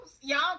Y'all